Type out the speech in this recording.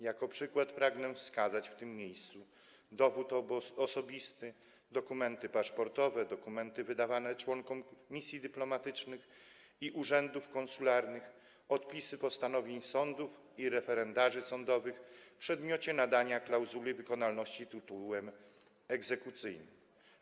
Jako przykład pragnę wskazać w tym miejscu: dowód osobisty, dokumenty paszportowe, dokumenty wydawane członkom misji dyplomatycznych i urzędów konsularnych oraz odpisy postanowień sądów i referendarzy sądowych w przedmiocie nadania klauzuli wykonalności tytułom egzekucyjnym.